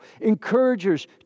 Encouragers